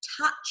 touch